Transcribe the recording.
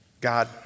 God